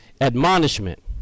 admonishment